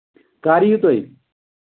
کَر یِیِو تُہۍ